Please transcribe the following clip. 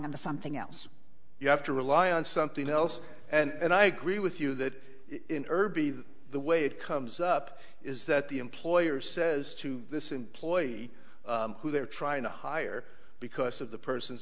on the something else you have to rely on something else and i agree with you that irby that the way it comes up is that the employer says to this employee who they're trying to hire because of the person